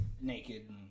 naked